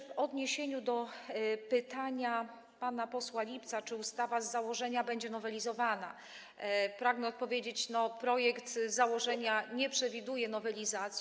W odniesieniu do pytania pana posła Lipca, czy ustawa z założenia będzie nowelizowana, pragnę odpowiedzieć, że projekt z założenia nie przewiduje nowelizacji.